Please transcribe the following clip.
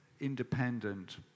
independent